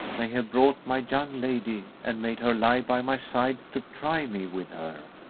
may have brought my young lady and made her lie by my side to try me with her,